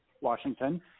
Washington